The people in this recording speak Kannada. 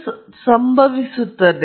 ದೋಷಕ್ಕಾಗಿ ಸಾಕಷ್ಟು ಜಾಗವಿದೆ